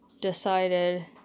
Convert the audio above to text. decided